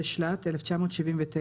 התשל"ט-1979,